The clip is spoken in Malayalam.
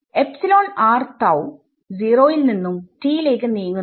0 യിൽ നിന്നും t യിലേക്ക് നീങ്ങുന്നു